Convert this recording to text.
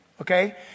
Okay